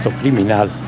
criminal